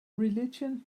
religion